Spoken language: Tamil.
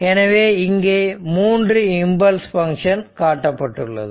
எனவே இங்கே 3 இம்பல்ஸ் பங்க்ஷன் காட்டப்பட்டுள்ளது